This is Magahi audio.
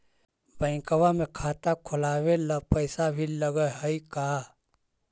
बैंक में खाता खोलाबे ल पैसा भी लग है का?